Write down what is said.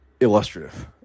illustrative